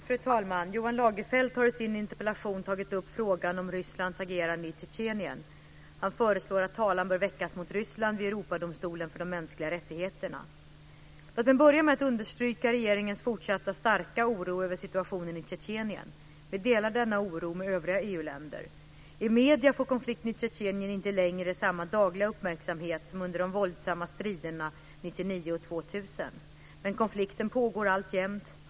Fru talman! Johan Lagerfelt har i sin interpellation tagit upp frågan om Rysslands agerande i Tjetjenien. Han föreslår att talan bör väckas mot Ryssland vid Låt mig börja med att understryka regeringens fortsatt starka oro över situationen i Tjetjenien. Vi delar denna oro med övriga EU-länder. I medierna får konflikten i Tjetjenien inte längre samma dagliga uppmärksamhet som under de våldsamma striderna 1999 och 2000. Men konflikten pågår alltjämt.